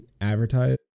advertise